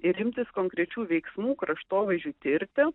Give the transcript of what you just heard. ir imtis konkrečių veiksmų kraštovaizdžiui tirti